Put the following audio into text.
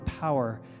power